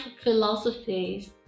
philosophies